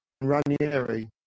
Ranieri